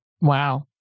Wow